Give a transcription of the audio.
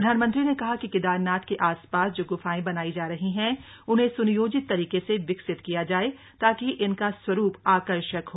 प्रधानमंत्री ने कहा कि केदारनाथ के आस पास जो ग्फाएं बनाई जा रही हैं उन्हे सूनियोजित तरीके से विकसित किया जाए ताकि इनका स्वरूप आकर्षक हो